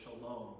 shalom